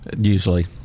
Usually